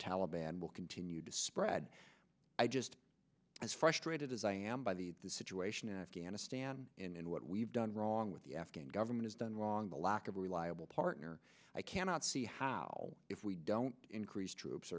taliban will continue to spread i just as frustrated as i am by the situation in afghanistan in what we've done wrong with the afghan government is done wrong the lack of a reliable partner i cannot see how if we don't increase troops